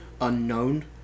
unknown